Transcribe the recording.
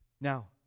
now